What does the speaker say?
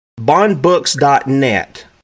bondbooks.net